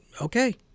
Okay